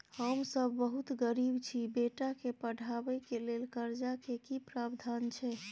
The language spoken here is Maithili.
हम सब बहुत गरीब छी, बेटा के पढाबै के लेल कर्जा के की प्रावधान छै?